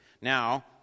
Now